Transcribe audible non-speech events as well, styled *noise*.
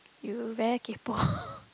you very kaypo *laughs*